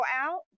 Out